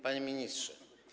Panie Ministrze!